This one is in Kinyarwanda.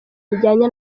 bijyanye